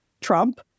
Trump